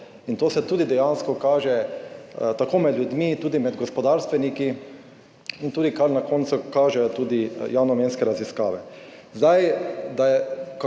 in to se tudi dejansko kaže med ljudmi, tudi med gospodarstveniki in na to na koncu kažejo tudi javnomnenjske raziskave. Ko govorite o